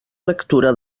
lectura